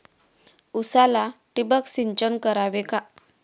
उसाला ठिबक सिंचन करावे का?